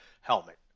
helmet